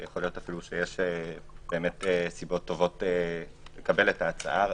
ויכול להיות שיש סיבות טובות לקבל את ההצעה.